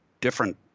different